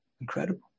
Incredible